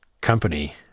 company